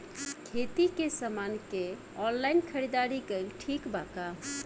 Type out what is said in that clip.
खेती के समान के ऑनलाइन खरीदारी कइल ठीक बा का?